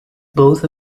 both